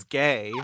gay